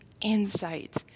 insight